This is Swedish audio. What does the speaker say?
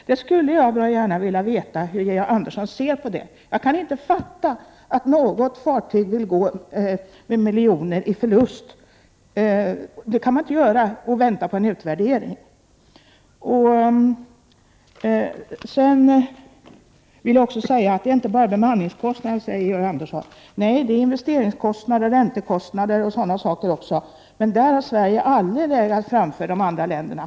Jag skulle gärna vilja veta hur Georg Andersson ser på frågan. Jag kan inte fatta att något fartyg vill gå med miljonförluster i väntan på en utvärdering — det kan man inte göra. Det är inte bara fråga om bemanningskostnader, säger statsrådet. Nej, det är investeringskostnader, räntekostnader och annat. Men där har Sverige aldrig legat framför de andra länderna.